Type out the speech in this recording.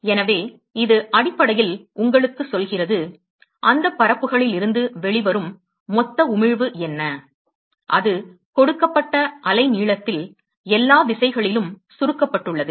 எனவே இது அடிப்படையில் உங்களுக்குச் சொல்கிறது அந்த பரப்புகளில் இருந்து வெளிவரும் மொத்த உமிழ்வு என்ன அது கொடுக்கப்பட்ட அலைநீளத்தில் எல்லா திசைகளிலும் சுருக்கப்பட்டுள்ளது